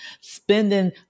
spending